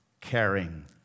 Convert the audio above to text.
caring